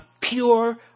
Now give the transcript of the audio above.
pure